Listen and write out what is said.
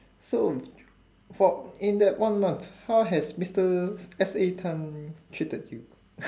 so for in that one month how has mister S A tan treated you